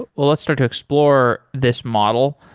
let's start to explore this model.